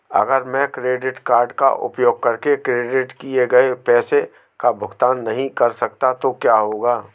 अगर मैं credit card का उपयोग करके क्रेडिट किए गए पैसे का भुगतान नहीं कर सकता तो क्या होगा?